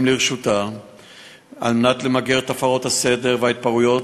לרשותה למגר את הפרות הסדר וההתפרעויות,